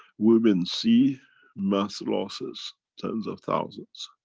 women see mass losses, tens of thousands.